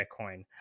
Bitcoin